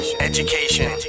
education